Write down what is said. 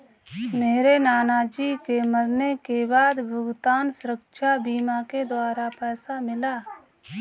मेरे नाना जी के मरने के बाद भुगतान सुरक्षा बीमा के द्वारा पैसा मिला